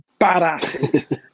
badass